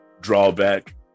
drawback